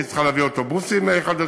היא צריכה להביא אוטובוסים חדשים,